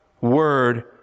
word